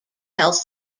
health